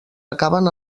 acaben